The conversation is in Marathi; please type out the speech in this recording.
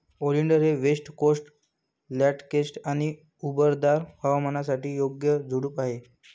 ओलिंडर हे वेस्ट कोस्ट लँडस्केप आणि उबदार हवामानासाठी योग्य झुडूप आहे